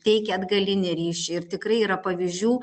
teikia atgalinį ryšį ir tikrai yra pavyzdžių